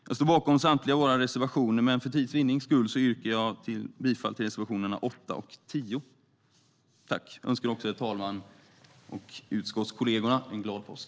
Jag står bakom samtliga våra reservationer, men för tids vinnande yrkar jag bifall endast till reservationerna 8 och 10. Jag önskar också herr talmannen och utskottskollegorna en glad påsk.